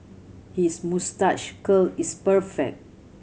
his moustache curl is perfect